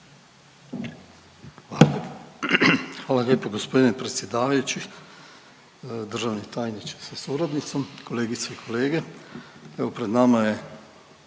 (HDZ)** Hvala lijepo g. predsjedavajući. Državni tajniče sa suradnicom, kolegice i kolege. Evo pred nama je